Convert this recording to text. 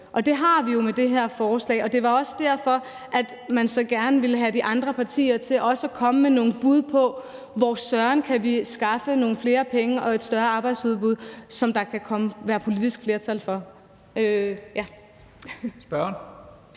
og det har vi jo med det her forslag. Det var også derfor, man så gerne ville have de andre partier til også at komme med nogle bud på, hvor søren vi kan skaffe nogle flere penge og et større arbejdsudbud, som der kan være politisk flertal for.